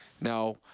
Now